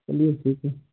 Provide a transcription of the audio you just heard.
चलिए ठीक है